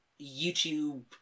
YouTube